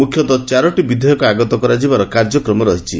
ମୁଖ୍ୟତ ଚାରୋଟି ବିଧେୟକ ଆଗତ କରାଯିବାର କାର୍ଯ୍ୟକ୍ରମ ରହିଛି